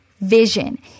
vision